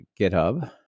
GitHub